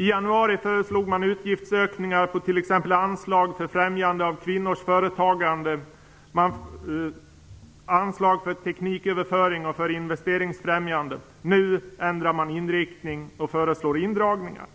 I januari föreslog man utgiftsökningar på t.ex. anslag för främjande av kvinnors företagande, tekniköverföring och investeringsfrämjande. Nu ändrar man inriktning och föreslår indragningar.